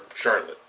Charlotte